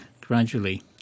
gradually